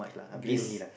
grace